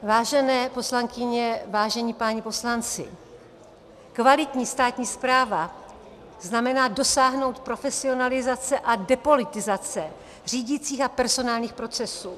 Vážené poslankyně, vážení páni poslanci, kvalitní státní správa znamená dosáhnout profesionalizace a depolitizace řídicích a personálních procesů.